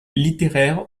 littéraires